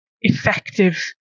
effective